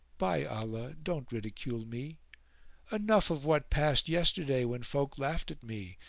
by allah, don't ridicule me enough of what passed yesterday when folk laughed at me,